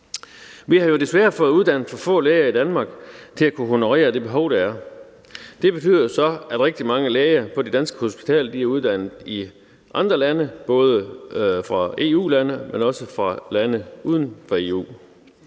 Vi har jo desværre fået uddannet for få læger i Danmark til at kunne honorere det behov, der er. Det betyder så, at rigtig mange læger på de danske hospitaler er uddannet i andre lande, både i EU-lande, men også i lande uden for EU.